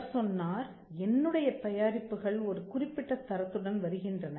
அவர் சொன்னார் என்னுடைய தயாரிப்புகள் ஒரு குறிப்பிட்ட தரத்துடன் வருகின்றன